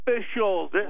officials